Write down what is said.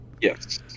Yes